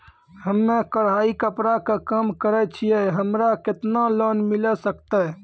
हम्मे कढ़ाई कपड़ा के काम करे छियै, हमरा केतना लोन मिले सकते?